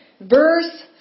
Verse